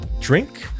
drink